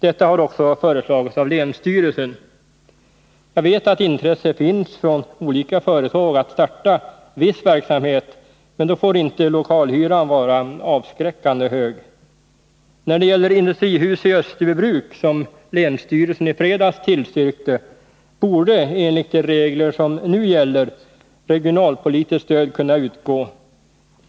Detta har också föreslagits av länsstyrelsen. Jag vet att intresse finns från olika företag att starta viss verksamhet, men då får inte lokalhyran vara avskräckande hög. När det gäller industrihus i Österbybruk, som länsstyrelsen i fredags tillstyrkte, borde enligt de regler som nu gäller regionalpolitiskt stöd kunna utgå.